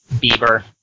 beaver